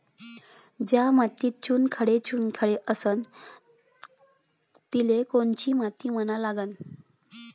ज्या मातीत चुनखडे चुनखडे असन तिले कोनची माती म्हना लागन?